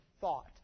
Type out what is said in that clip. thought